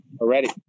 already